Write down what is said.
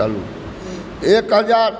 एक हजार